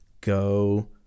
Go